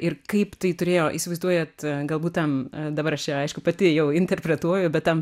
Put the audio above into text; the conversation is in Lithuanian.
ir kaip tai turėjo įsivaizduojat galbūt tam dabar aš čia aišku pati jau interpretuoju bet tam